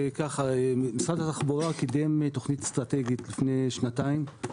משרד התחבורה קידם תכנית אסטרטגית לפני שנתיים.